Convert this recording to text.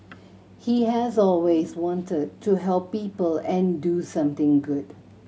he has always wanted to help people and do something good